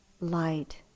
light